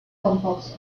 composer